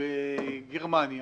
בגרמניה